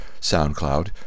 SoundCloud